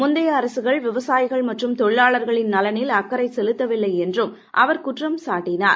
முந்தைய அரசுகள் விவசாயிகள் மற்றும் தொழிலாளர்களின் நலனில் அக்கறை செலுத்தவில்லை என்றும் அவர் குற்றம்சாட்டினார்